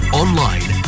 online